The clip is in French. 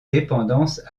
dépendance